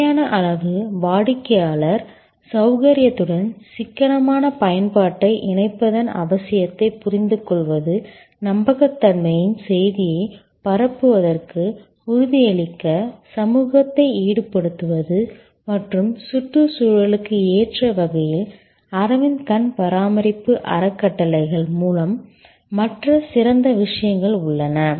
தேவையான அளவு வாடிக்கையாளர் சௌகரியத்துடன் சிக்கனமான பயன்பாட்டை இணைப்பதன் அவசியத்தைப் புரிந்துகொள்வது நம்பகத்தன்மையின் செய்தியைப் பரப்புவதற்கு உறுதியளிக்க சமூகத்தை ஈடுபடுத்துவது மற்றும் சுற்றுச்சூழலுக்கு ஏற்ற வகையில் அரவிந்த் கண் பராமரிப்பு அறக்கட்டளை மூலம் மற்ற சிறந்த விஷயங்கள் உள்ளன